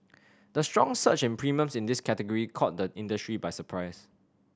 the strong surge in premiums in this category caught the industry by surprise